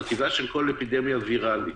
זו טבעה של כל אפידמיה ויראלית.